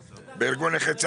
בארגון נכי צה"ל,